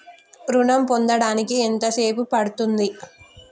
ఋణం పొందడానికి ఎంత సేపు పడ్తుంది?